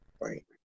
Right